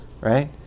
right